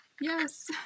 Yes